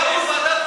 אל תתחיל עם זה,